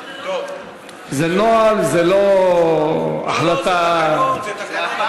זה נוהל, זו לא החלטה, לא, זה תקנון.